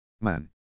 Man